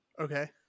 Okay